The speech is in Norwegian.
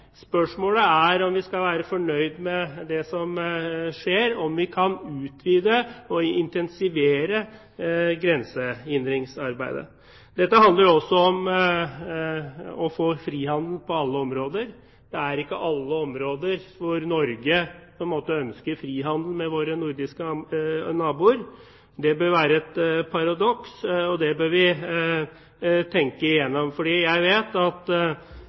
spørsmålet er om vi skal være fornøyde med det som skjer, og om vi kan utvide og intensivere grensehindringsarbeidet. Dette handler også om å få frihandel på alle områder. Det er ikke alle områder hvor Norge ønsker frihandel med våre nordiske naboer. Det bør være et paradoks, og det bør vi tenke igjennom, fordi jeg vet at